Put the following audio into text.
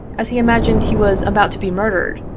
as he imagined he was about to be murdered,